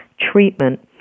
treatment